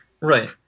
Right